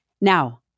Now